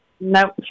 No